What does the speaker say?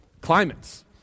climates